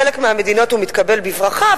בחלק מהמדינות הוא מתקבל בברכה,